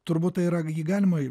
turbūt tai yra jį galima